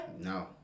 No